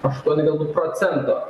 aštuonių procento